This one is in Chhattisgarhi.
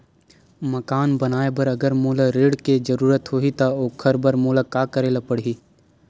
मकान बनाये बर अगर मोला ऋण के जरूरत होही त ओखर बर मोला का करे ल पड़हि?